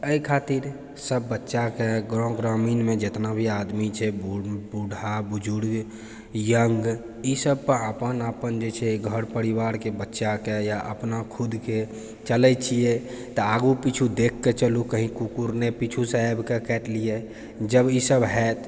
तऽ एहि खातिर सब बच्चाके गाँव ग्रामीणमे जितना भी आदमी छै बूढ़ा बुज़ुर्ग यंग इसब अपन अपन जे छै घर परिवारके बच्चाके या अपना खुदके चलै छियै तऽ आगू पीछू देखके चलूँ कहीं कुकुर नहि पीछूसँ आबिके काटि लियै जब इसब हैत